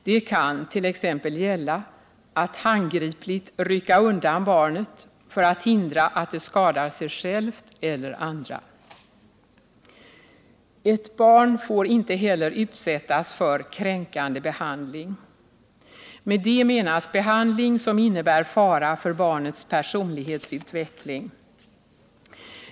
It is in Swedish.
Det kan t.ex. gälla att handgripligt rycka undan barnet för att hindra att det skadar sig självt eller andra. Ett barn får inte heller utsättas för kränkande behandling. Med det menas behandling som innebär fara för barnets personlighetsutveckling.